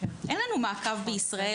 אין לנו מעקב בישראל,